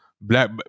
black